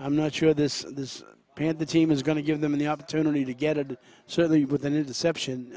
i'm not sure this is panned the team is going to give them the opportunity to get it certainly with an interception